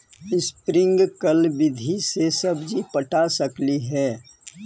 Sprinkle विधि से सब्जी पटा सकली हे?